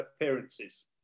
appearances